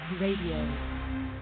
Radio